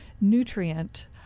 nutrient